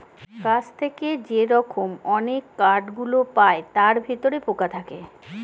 গাছ থেকে যে রকম অনেক কাঠ গুলো পায় তার ভিতরে পোকা থাকে